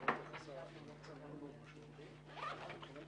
13:10.